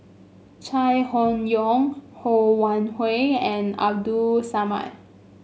Chai Hon Yoong Ho Wan Hui and Abdul Samad